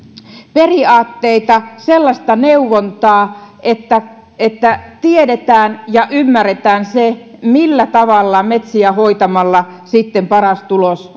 periaatteita sellaista neuvontaa että että tiedetään ja ymmärretään se millä tavalla metsiä hoitamalla aikaansaadaan paras tulos